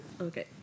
Okay